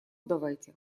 давайте